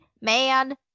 man